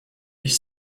ich